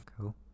Cool